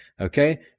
Okay